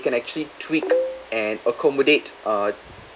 can actually tweak and accommodate uh